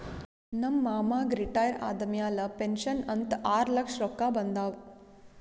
ನಮ್ ಮಾಮಾಗ್ ರಿಟೈರ್ ಆದಮ್ಯಾಲ ಪೆನ್ಷನ್ ಅಂತ್ ಆರ್ಲಕ್ಷ ರೊಕ್ಕಾ ಬಂದಾವ್